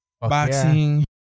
boxing